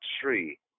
tree